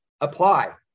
apply